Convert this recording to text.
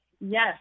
Yes